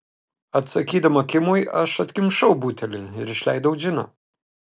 atsakydama kimui aš atkimšau butelį ir išleidau džiną